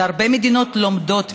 שהרבה מדינות לומדות ממנו.